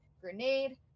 grenade